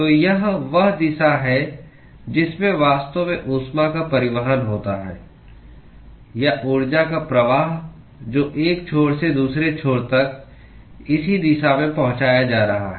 तो यह वह दिशा है जिसमें वास्तव में ऊष्मा का परिवहन होता है या ऊर्जा का प्रवाह जो एक छोर से दूसरे छोर तक इसी दिशा में पहुँचाया जा रहा है